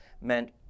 meant